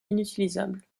inutilisable